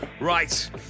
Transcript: Right